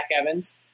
Evans